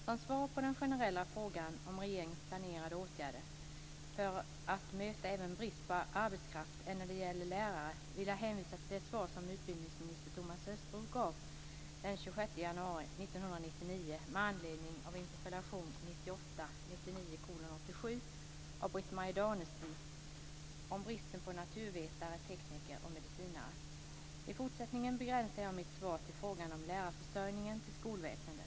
Som svar på den generella frågan om regeringens planerade åtgärder för att möta även annan brist på arbetskraft än när det gäller lärare vill jag hänvisa till det svar som utbildningsminister Thomas Östros gav den 26 januari 1999 med anledning av interpellation 1998/99:87 av Britt-Marie Danestig om bristen på naturvetare, tekniker och medicinare. I fortsättningen begränsar jag mitt svar till frågan om lärarförsörjningen till skolväsendet.